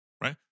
right